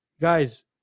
Guys